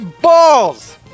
Balls